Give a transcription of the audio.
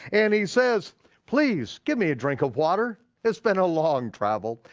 and he says please, give me a drink of water. it's been a long travel.